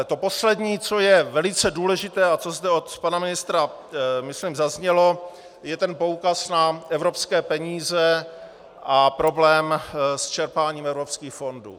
A to poslední, co je velice důležité a co zde od pana ministra myslím zaznělo, je ten poukaz na evropské peníze a problém s čerpáním evropských fondů.